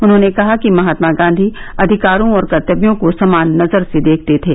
उन्होंने कहा कि महात्मा गांधी अधिकारों और कर्तव्यों को समान नजर से देखते थे